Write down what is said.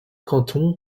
cantons